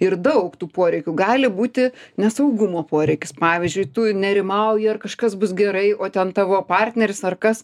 ir daug tų poreikių gali būti ne saugumo poreikis pavyzdžiui tu nerimauji ar kažkas bus gerai o ten tavo partneris ar kas